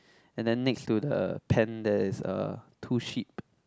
and then next to the pen there is uh two sheep